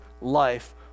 life